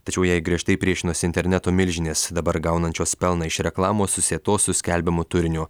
tačiau jai griežtai priešinasi interneto milžinės dabar gaunančios pelną iš reklamos susietos su skelbiamu turiniu